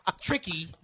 tricky